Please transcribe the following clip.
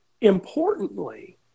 importantly